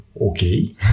okay